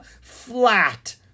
flat